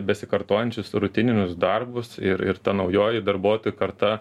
besikartojančius rutininius darbus ir ir ta naujoji darbuotojų karta